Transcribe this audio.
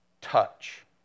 touch